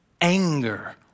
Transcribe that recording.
anger